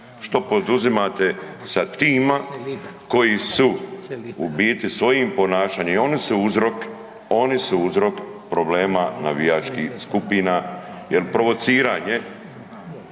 Što poduzimate sa tima koji su u biti svojim ponašanjem i oni su uzrok, oni su uzrok problema navijačkih skupina